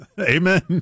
Amen